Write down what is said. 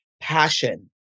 passion